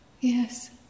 Yes